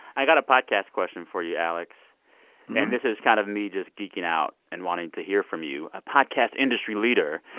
i got a podcast question for you, alex. and this is kind of me just geeking out and wanting to hear from you, a podcast industry leader.